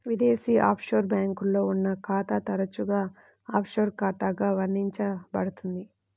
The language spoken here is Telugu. విదేశీ ఆఫ్షోర్ బ్యాంక్లో ఉన్న ఖాతా తరచుగా ఆఫ్షోర్ ఖాతాగా వర్ణించబడుతుంది